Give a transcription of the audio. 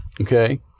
Okay